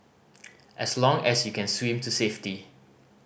as long as you can swim to safety